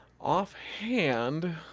offhand